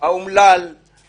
אתן לך במליאה זכות דיבור.